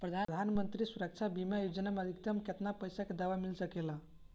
प्रधानमंत्री सुरक्षा बीमा योजना मे अधिक्तम केतना पइसा के दवा मिल सके ला?